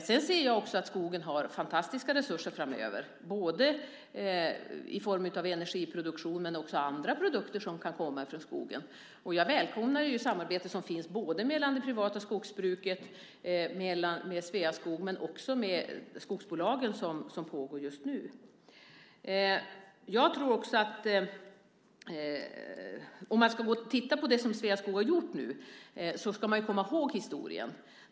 Skogen kan ge oss fantastiska resurser framöver, både i form av energiproduktion och av andra produkter som kan komma från skogen. Jag välkomnar det samarbete som finns mellan det privata skogsbruket och Sveaskog, men också det samarbete mellan skogsbolagen som pågår just nu. Tittar man på det som Sveaskog har gjort bör man komma ihåg historien bakom.